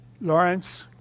Lawrence